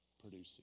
producing